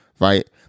right